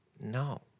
No